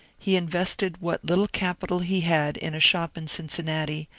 he invested what little capital he had in a shop in cincinnati,